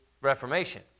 Reformation